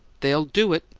they'll do it!